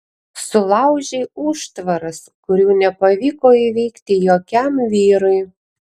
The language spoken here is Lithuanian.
sulaužei užtvaras kurių nepavyko įveikti jokiam vyrui